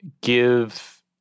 give